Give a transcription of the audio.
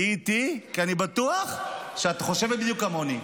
תהיי איתי, כי אני בטוח שאת חושבת בדיוק כמוני.